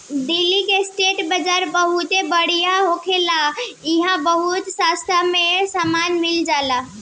दिल्ली के स्ट्रीट बाजार बहुत बढ़िया होला इहां बहुत सास्ता में सामान मिल जाला